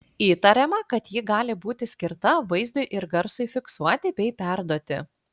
įtariama kad ji gali būti skirta vaizdui ir garsui fiksuoti bei perduoti